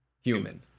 human